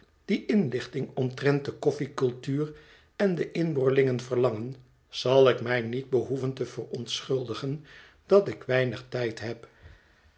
die inlichting omtrent de koffie cultuur en de inboorlingen verlangen zal ik mij niet behoeven te verontschuldigen dat ik weinig tijd heb